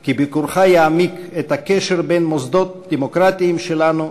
כי ביקורך יעמיק את הקשר בין המוסדות הדמוקרטיים שלנו,